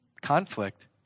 Conflict